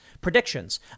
predictions